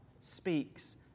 speaks